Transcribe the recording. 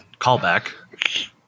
callback